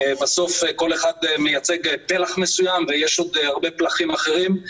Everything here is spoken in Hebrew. בסוף כל אחד מייצג פלח מסוים ויש עוד הרבה פלחים אחרים.